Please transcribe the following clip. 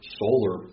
solar